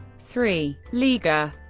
three. liga